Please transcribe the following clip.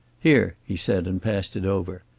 here, he said, and passed it over.